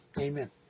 Amen